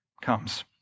comes